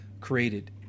created